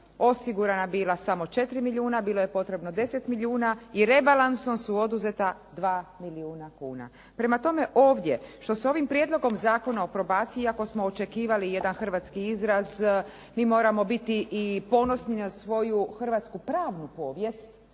osigurana bila samo 4 milijuna, bilo je potrebno 10 milijuna i rebalansom su oduzeta 2 milijuna kuna. Prema tome, ovdje što se ovim Prijedlogom zakona o probaciji, iako smo očekivali jedan hrvatski izraz, mi moramo biti i ponosni na svoju hrvatsku pravnu povijest,